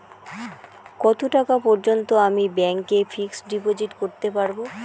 কত টাকা পর্যন্ত আমি ব্যাংক এ ফিক্সড ডিপোজিট করতে পারবো?